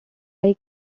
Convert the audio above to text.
eye